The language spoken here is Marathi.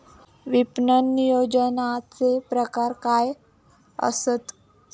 विपणन नियोजनाचे प्रकार काय आसत?